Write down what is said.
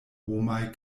homaj